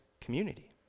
community